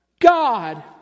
God